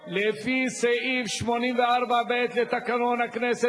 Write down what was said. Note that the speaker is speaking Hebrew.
לפי סעיף 84(ב) לתקנון הכנסת,